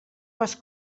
les